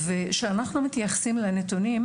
כשמתייחסים לנתונים,